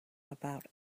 about